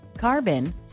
carbon